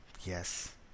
Yes